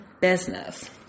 business